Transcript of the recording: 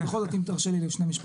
אני יכול אם תרשה לי שני משפטים.